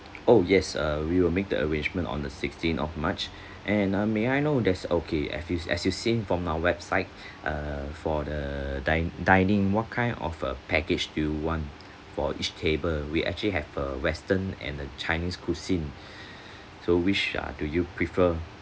oh yes err we will make the arrangement on the sixteen of march and uh may I know that's okay as you as you seen from our website err for the din~ dining what kind of a package do you want for each table we actually have a western and a chinese cuisine so which ah do you prefer